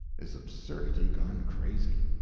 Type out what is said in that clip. is absurdity gone crazy.